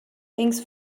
thanks